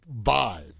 vibe